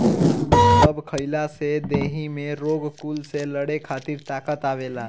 सेब खइला से देहि में रोग कुल से लड़े खातिर ताकत आवेला